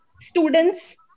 students